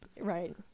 right